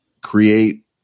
create